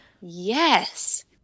Yes